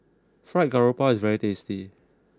Fried Garoupa is very tasty